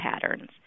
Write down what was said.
patterns